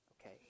Okay